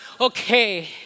okay